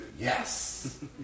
Yes